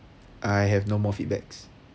I have no more feedbacks